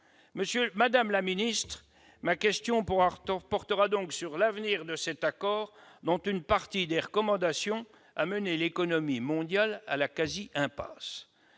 Madame la secrétaire d'État, ma question portera donc sur l'avenir de cet accord, dont une partie des recommandations a mené l'économie mondiale presque dans l'impasse.